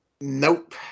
Nope